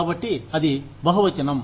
కాబట్టి అది బహువచనం